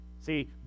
See